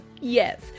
Yes